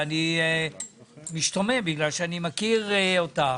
אני משתומם, בגלל שאני יודע, מירי,